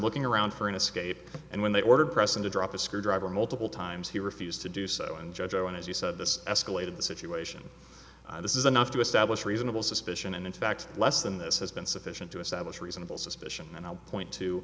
looking around for an escape and when they ordered presson to drop a screwdriver multiple times he refused to do so and judge owen as you said this escalated the situation this is enough to establish reasonable suspicion and in fact less than this has been sufficient to establish reasonable suspicion and i would point to